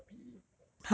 H_B_L P_E